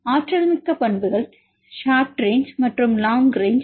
ஆற்றல்மிக்க பண்புகள் ஷார்ட்ரேங்ச் மற்றும் லாங் ரேங்ச்